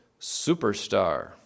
Superstar